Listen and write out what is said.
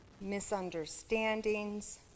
misunderstandings